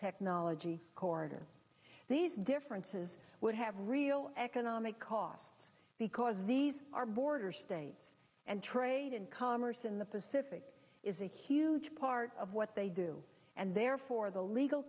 technology corridor these differences would have real economic costs because these are border states and trade and commerce in the pacific is a huge part of what they do and therefore the legal